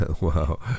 Wow